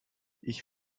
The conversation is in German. ich